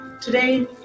Today